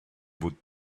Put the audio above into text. would